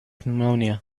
pneumonia